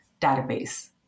database